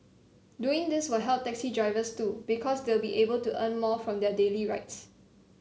doing this will help taxi drivers too because they'll be able to earn more from their daily rides